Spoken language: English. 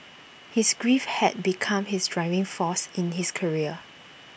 his grief had become his driving force in his career